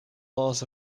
laws